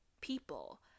people